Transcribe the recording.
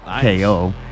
KO